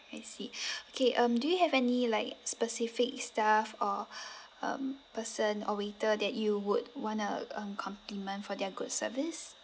I see okay um do you have any like specific staff or um person or waiter that you would wanna uh compliment for their good service